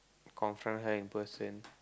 comfort her in person